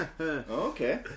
Okay